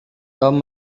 tom